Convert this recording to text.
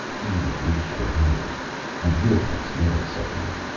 eve reached for hers and wilcox yelled suddenly.